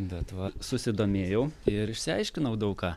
bet va susidomėjau ir išsiaiškinau daug ką